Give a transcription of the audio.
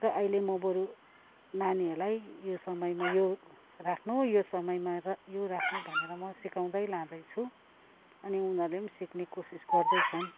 र अहिले म बरु नानीहरूलाई यो समयमा यो राख्नु यो समयमा र यो राख्नु भनेर म सिकाउँदै लाँदैछु अनि उनीहरूले पनि सिक्ने कोसिस गर्दैछन्